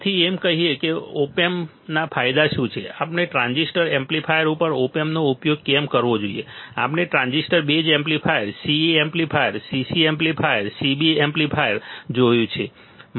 તેથી એમ કહીએ કે ઓપ એમ્પના ફાયદા શું છે આપણે ટ્રાન્ઝિસ્ટર એમ્પ્લીફાયર ઉપર ઓપ એમ્પનો ઉપયોગ કેમ કરવો જોઈએ આપણે transistor base amplifier CE amplifier CC amplifier CB amplifier જોયું છે